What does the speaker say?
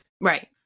Right